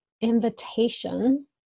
invitation